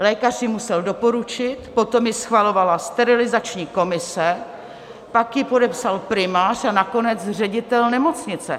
Lékař ji musel doporučit, potom ji schvalovala sterilizační komise, pak ji podepsal primář a nakonec ředitel nemocnice.